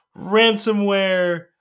ransomware